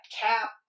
Cap